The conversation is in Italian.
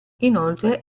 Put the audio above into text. inoltre